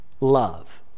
love